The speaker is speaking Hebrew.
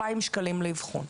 - 2,000 שקלים לאבחון.